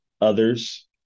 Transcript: others